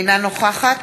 אינה נוכחת